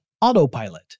Autopilot